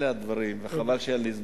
אלה הדברים, וחבל שאין לי זמן.